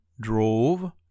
drove